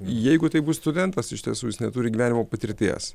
jeigu tai bus studentas iš tiesų jis neturi gyvenimo patirties